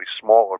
smaller